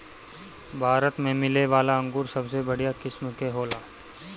भारत में मिलेवाला अंगूर सबसे बढ़िया किस्म के होला